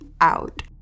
out